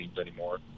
anymore